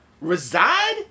reside